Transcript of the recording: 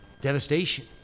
devastation